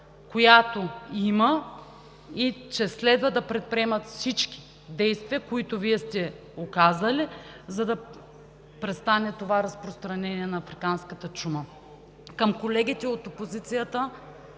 която има, и че следва да предприемат всички действия, които Вие сте указали, за да престане това разпространение на африканската чума. Към колегите от опозицията.